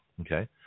okay